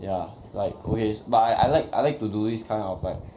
ya like okay but I I I like I like to do this kind of like